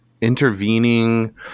intervening